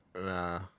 Nah